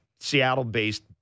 Seattle-based